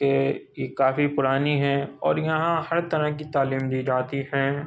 کہ یہ کافی پرانی ہے اور یہاں ہر طرح کی تعلیم دی جاتی ہیں